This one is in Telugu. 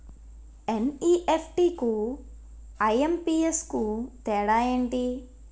ఎన్.ఈ.ఎఫ్.టి కు ఐ.ఎం.పి.ఎస్ కు తేడా ఎంటి?